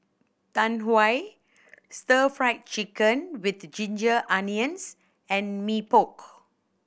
Tau Huay Stir Fry Chicken with ginger onions and Mee Pok